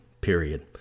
period